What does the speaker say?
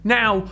now